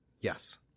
Yes